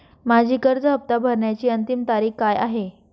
माझी कर्ज हफ्ता भरण्याची अंतिम तारीख काय आहे?